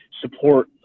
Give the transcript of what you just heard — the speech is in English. support